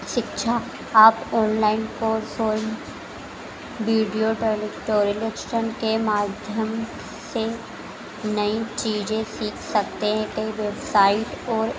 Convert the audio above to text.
शिक्षा आप online course और बीडियो टॉयलेटोरिलेक्शन के माध्यम से नई चीज़े सीख सकते हैं कई वेबसाइट और